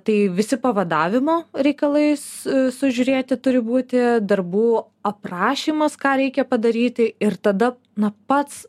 tai visi pavadavimo reikalais sužiūrėti turi būti darbų aprašymas ką reikia padaryti ir tada na pats